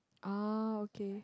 ah okay